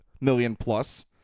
million-plus